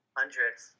hundreds